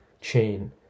chain